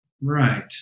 Right